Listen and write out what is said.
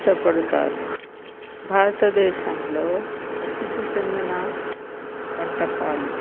ఇష్టపడతారు భారతదేశంలో ప్రసిద్ధి చెందిన వంటకాలు